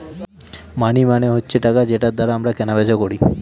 মানি মানে হচ্ছে টাকা যেটার দ্বারা আমরা কেনা বেচা করি